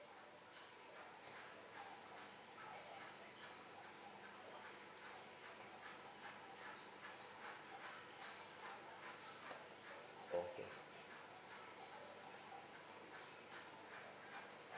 okay